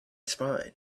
spine